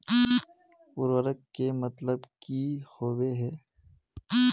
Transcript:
उर्वरक के मतलब की होबे है?